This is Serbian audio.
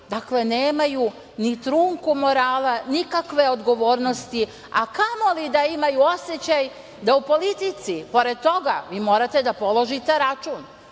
dakle, nemaju ni trunku morala, nikakve odgovornosti, a kamoli da imaju osećaj da u politici, pored toga, vi morate da položite račun,